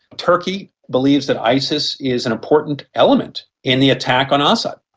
turkey believes that isis is an important element in the attack on ah assad.